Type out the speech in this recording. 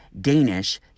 Danish